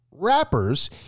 rappers